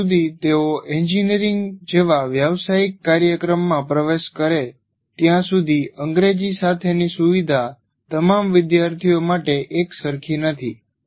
જ્યાં સુધી તેઓ એન્જિનિયરિંગ જેવા વ્યાવસાયિક કાર્યક્રમમાં પ્રવેશ કરે ત્યાં સુધી અંગ્રેજી સાથેની સુવિધા તમામ વિદ્યાર્થીઓ માટે એક સરખી નથી